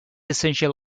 essential